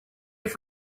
have